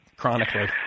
Chronically